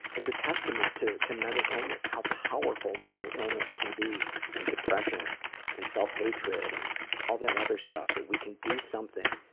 testament to to mental illness, how powerful mental illness can be and depression and self hatred and all that other stuff that we can do something